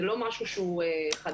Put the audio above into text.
זה לא משהו שהוא חדש.